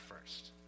first